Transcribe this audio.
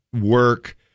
work